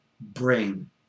bring